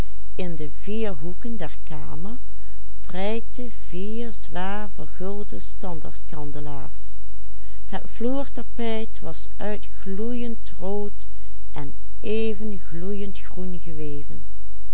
was uit gloeiend rood en even gloeiend groen geweven